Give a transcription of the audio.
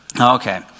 Okay